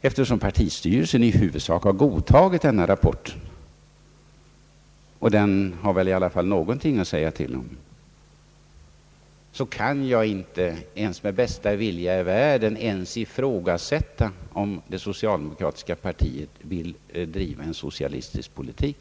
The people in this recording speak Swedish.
Eftersom partistyrelsen i huvudsak har godtagit denna rapport — och partistyrelsen har väl i alla fall någonting att säga till om — kan jag inte ens med bästa vilja i världen ifrågasätta om det socialdemokratiska partiet vill driva en socialistisk politik.